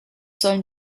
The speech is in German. sollen